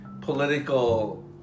political